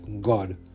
God